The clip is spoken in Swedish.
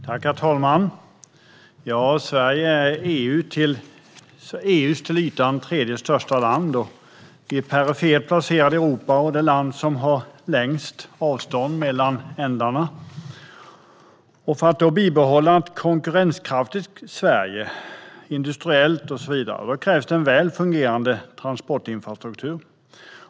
Herr talman! Sverige är EU:s till ytan tredje största land. Vi är perifert placerade i Europa och det land som har längst avstånd mellan ändarna. För att bibehålla vår konkurrenskraft, industriellt och på andra områden, krävs en väl fungerande transportinfrastruktur.